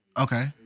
Okay